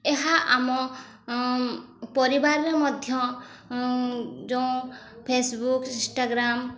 ଏହା ଆମ ପରିବାରରେ ମଧ୍ୟ ଯେଉଁ ଫେସବୁକ୍ ଇନ୍ଷ୍ଟାଗ୍ରାମ୍